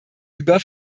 über